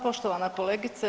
Poštovana kolegice.